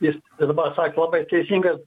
jis dabar sakė labai teisingai